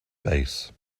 base